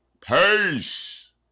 Peace